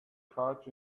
couch